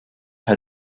had